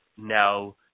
Now